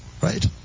right